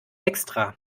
extra